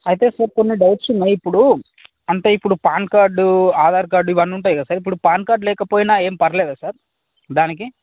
అయితే సార్ కొన్ని డౌట్స్ ఉన్నాయి ఇప్పుడు అంటే ఇప్పుడు పాన్ కార్డు ఆధార్ కార్డ్ ఇవన్నీ ఉంటాయి కదా సార్ ఇప్పుడు పాన్ కార్డ్ లేకపోయిన ఏమి పర్వాలేదా సార్ దానికి